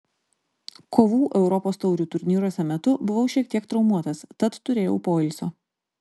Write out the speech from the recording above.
kovų europos taurių turnyruose metu buvau šiek tiek traumuotas tad turėjau poilsio